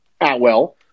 Atwell